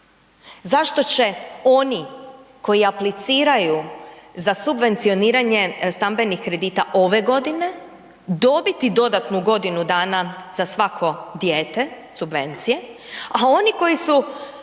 Zašto će oni koji apliciraju za subvencioniranje stambenih kredita ove godine, dobiti dodatnu godinu dana za svako dijete subvencije a oni koji su